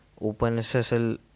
OpenSSL